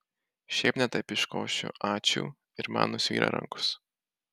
šiaip ne taip iškošiu ačiū ir man nusvyra rankos